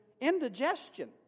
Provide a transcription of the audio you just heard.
indigestion